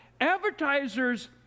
Advertisers